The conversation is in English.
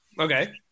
Okay